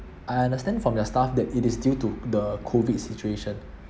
I understand from their staff that it is due to the COVID situation